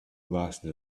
lasted